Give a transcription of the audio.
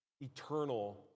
eternal